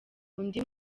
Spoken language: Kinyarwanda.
undi